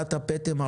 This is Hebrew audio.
שאלת הפטם,